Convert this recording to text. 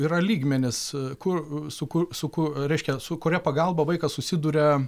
yra lygmenys kur suku suku reiškia su kuria pagalba vaikas susiduria